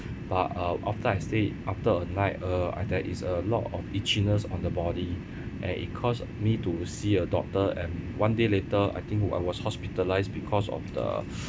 but uh after I stayed after a night uh there is a lot of itchiness on the body and it caused me to see a doctor and one day later I think I was hospitalized because of the